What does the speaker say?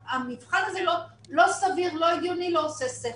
המבחן הזה לא סביר, לא הגיוני, לא עושה שכל.